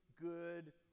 good